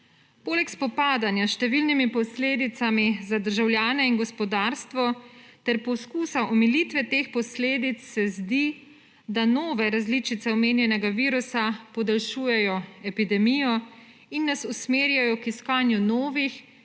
Poleg spopadanja s številnimi posledicami za državljane in gospodarstvo ter poskusa omilitve teh posledic se zdi, da nove različice omenjenega virusa podaljšujejo epidemijo in nas usmerjajo k iskanju novih